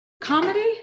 comedy